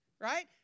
right